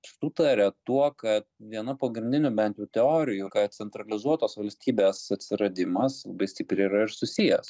sutaria tuo kad viena pagrindinių bent jau teorijų kad centralizuotos valstybės atsiradimas labai stipriai yra ir susijęs